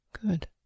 good